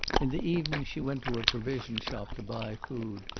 in the evening she went to a provision shop to buy food,